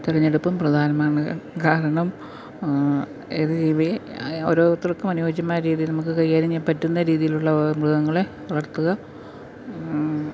തിരഞ്ഞെടുപ്പും പ്രധാനമാണ് കാരണം ഏത് ജീവിയെ ഓരോരുത്തർക്കും അനുയോജ്യമായ രീതിയിൽ നമുക്ക് കൈകാര്യം ചെയ്യാൻ പറ്റുന്ന രീതിയിലുള്ള മൃഗങ്ങളെ വളർത്തുക